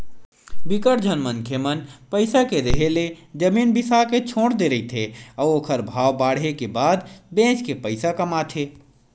बिकट झन मनखे मन पइसा के रेहे ले जमीन बिसा के छोड़ दे रहिथे अउ ओखर भाव बाड़हे के बाद बेच के पइसा कमाथे